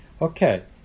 Okay